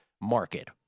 market